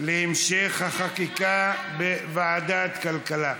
להמשך חקיקה בוועדת הכלכלה.